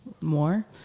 more